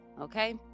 Okay